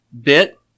bit